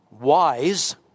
wise